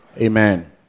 Amen